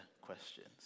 questions